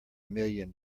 million